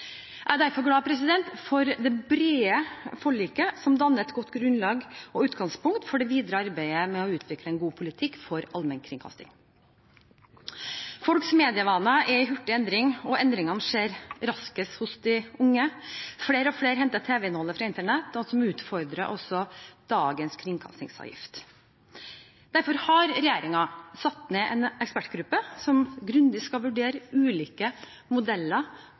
Jeg er derfor glad for det brede forliket, som danner et godt grunnlag og utgangspunkt for det videre arbeidet med å utvikle en god politikk for allmennkringkastingen. Folks medievaner er i hurtig endring, og endringene skjer raskest hos de unge. Flere og flere henter tv-innholdet fra Internett, noe som utfordrer dagens kringkastingsavgift. Derfor har regjeringen satt ned en ekspertgruppe som grundig skal vurdere ulike modeller